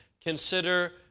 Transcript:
consider